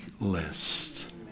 list